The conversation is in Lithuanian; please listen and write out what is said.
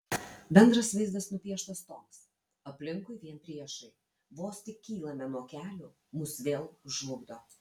bendras vaizdas nupieštas toks aplinkui vien priešai vos tik kylame nuo kelių mus vėl žlugdo